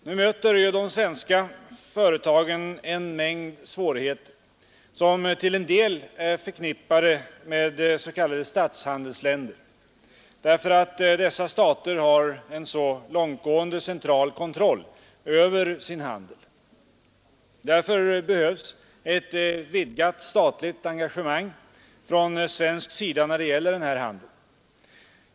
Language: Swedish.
Nu möter ju de svenska företagen en mängd svårigheter, som till en del är förknippade med s.k. statshandelsländer därför att dessa stater har en så långtgående central kontroll över sin handel. På grund härav behövs ett vidgat statligt engagemang från svensk sida när det gäller denna handel.